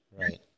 Right